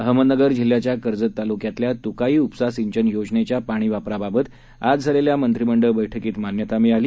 अहमदनगरजिल्ह्याच्याकर्जततालुक्यातल्यातुकाईउपसासिंचनयोजनेच्यापाणीवापराबाबतआजझालेल्यामंत्रिमंडळबैठकीतमान्य तादेण्यातआली